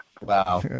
Wow